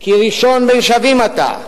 כי ראשון בין שווים אתה,